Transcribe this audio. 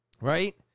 Right